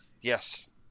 Yes